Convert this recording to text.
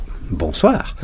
bonsoir